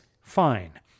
Fine